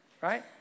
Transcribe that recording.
Right